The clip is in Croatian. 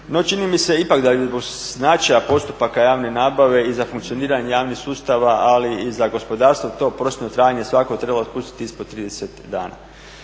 No, čini mi se ipak da zbog značaja postupaka javne nabave i za funkcioniranje javnih sustava ali i za gospodarstvo to prosječno trajanje svakako bi trebalo spustiti ispod 30 dana.